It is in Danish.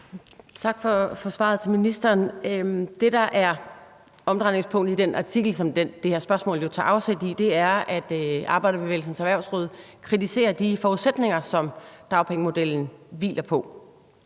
Tak til ministeren for svaret. Det, der er omdrejningspunktet i den artikel, som det her spørgsmål jo tager afsæt i, er, at Arbejderbevægelsens Erhvervsråd kritiserer de forudsætninger, som dagpengemodellen hviler på,